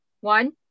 One